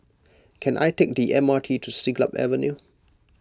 can I take the M R T to Siglap Avenue